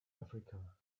africa